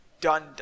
done